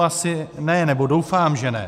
Asi ne, nebo doufám že ne.